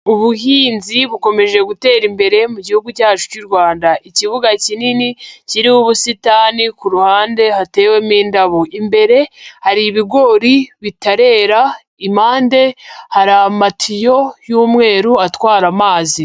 Ubuhinzi bukomeje gutera imbere mu gihugu cyacu cy'u Rwanda, ikibuga kinini kiriho ubusitani ku ruhande hatewemo indabo, imbere hari ibigori bitarera, impande hari amatiyo y'umweru atwara amazi.